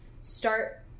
start